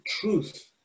truth